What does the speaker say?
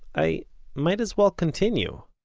i might as well continue